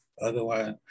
Otherwise